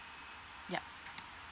ya